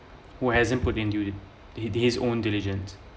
who hasn't put into it his own diligence